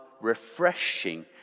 refreshing